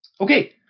Okay